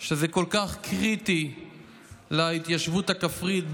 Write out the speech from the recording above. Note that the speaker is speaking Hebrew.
זה כל כך קריטי להתיישבות הכפרית,